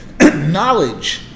knowledge